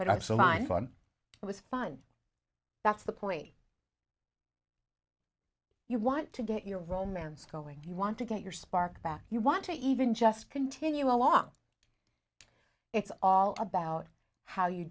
thought it was fun that's the point you want to get your romance going you want to get your spark back you want to even just continue along it's all about how you